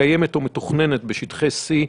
קיימת או מתוכננת בשטחי C,